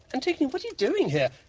antigone, what are you doing here?